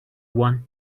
want